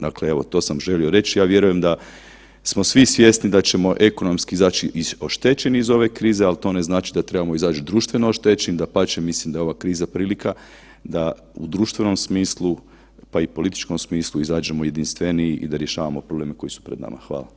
Dakle evo, to sam želio reći, ja vjerujem da smo svi svjesni da ćemo ekonomski izaći oštećeni iz ove krize, ali to ne znači da trebamo izaći društveno oštećeni, dapače mislim da je ova kriza prilika da u društvenom smislu, pa i političkom smislu izađemo jedinstveniji i da rješavamo probleme koji su pred nama.